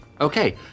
Okay